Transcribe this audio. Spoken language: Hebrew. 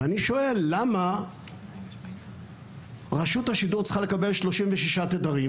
ואני שואל למה רשות השידור צריכה לקבל 36 תדרים